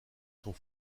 sont